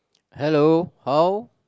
hello all